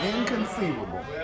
Inconceivable